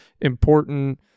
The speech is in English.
important